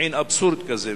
מעין אבסורד כזה,